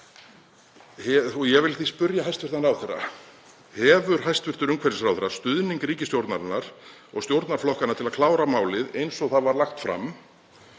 Ég vil því spyrja hæstv. ráðherra: Hefur hæstv. umhverfisráðherra stuðning ríkisstjórnarinnar og stjórnarflokkanna til að klára málið eins og það var lagt fram?